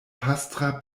pastra